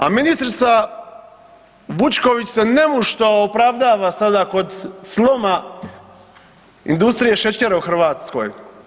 A ministrica Vučković se nemušto opravdava sada kod sloma industrije šećera u Hrvatskoj.